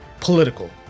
political